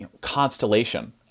constellation